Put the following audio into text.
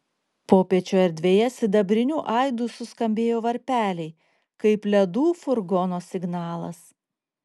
popiečio erdvėje sidabriniu aidu suskambėjo varpeliai kaip ledų furgono signalas